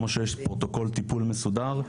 כמו שיש פרוטוקול מסודר,